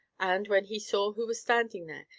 and, when he saw who was standing there,